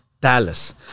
Dallas